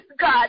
God